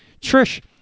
Trish